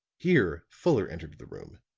here fuller entered the room,